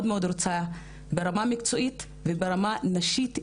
רוצה ברמה מקצועית וברמה נשית אישית,